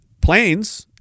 planes